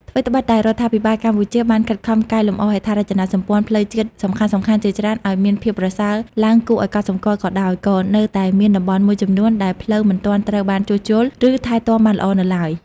ថ្វីត្បិតតែរដ្ឋាភិបាលកម្ពុជាបានខិតខំកែលម្អហេដ្ឋារចនាសម្ព័ន្ធផ្លូវជាតិសំខាន់ៗជាច្រើនឱ្យមានភាពប្រសើរឡើងគួរឱ្យកត់សម្គាល់ក៏ដោយ ក៏នៅតែមានតំបន់មួយចំនួនដែលផ្លូវមិនទាន់ត្រូវបានជួសជុល ឬថែទាំបានល្អនៅឡើយ។